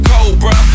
Cobra